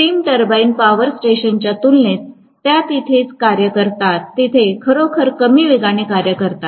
steam turbine power स्टेशनच्या तुलनेत त्या जिथे कार्य करतात तिथे खरोखरच कमी वेगाने कार्य करतात